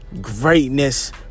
greatness